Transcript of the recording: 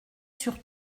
sur